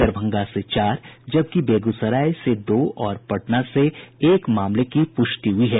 दरभंगा से चार जबकि बेगूसराय से दो और पटना से एक मामलों की पुष्टि हुई है